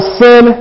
sin